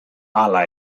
hala